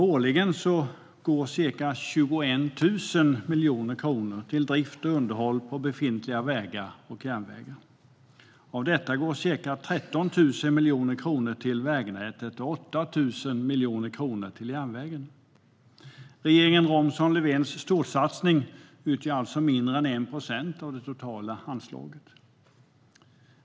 Årligen går ca 21 000 miljoner kronor till drift och underhåll på befintliga vägar och järnvägar. Av detta går ca 13 000 miljoner kronor till vägnätet och 8 000 miljoner kronor till järnvägen. Regeringen Romson-Löfvens storsatsning utgör alltså mindre än 1 procent av det totala anslaget.